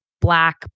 black